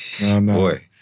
boy